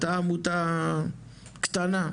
אתה עמותה קטנה,